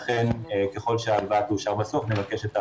לכן ככל שההלוואה תאושר בסוף נבקש את ההצעות.